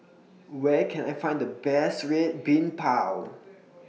Where Can I Find The Best Red Bean Bao